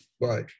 Bye